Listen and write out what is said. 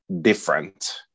different